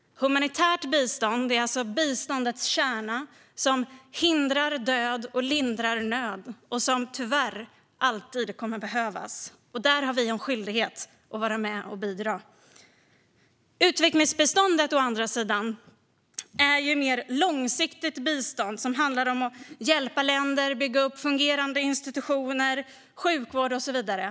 Humanitärt bistånd är alltså biståndets kärna, som hindrar död och lindrar nöd och som tyvärr alltid kommer att behövas. Där har vi en skyldighet att vara med och bidra. Utvecklingsbiståndet, å andra sidan, är ett mer långsiktigt bistånd som handlar om att hjälpa länder att bygga upp fungerande institutioner, sjukvård och så vidare.